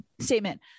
statement